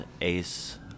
Ace